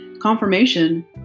confirmation